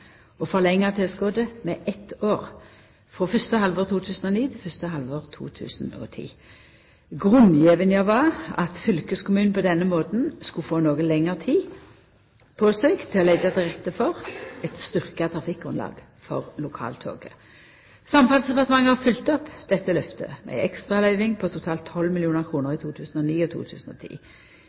å forlengja tilskotet med eitt år, frå 1. halvår 2009 til 1. halvår 2010. Grunngjevinga var at fylkeskommunen på denne måten skulle få noko lengre tid på seg til å leggja til rette for eit styrkt trafikkgrunnlag for lokaltoget. Samferdselsdepartementet har følgt opp denne lovnaden med ei ekstraløyving på totalt 12 mill. kr i 2009 og 2010.